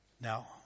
Now